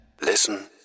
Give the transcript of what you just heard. Listen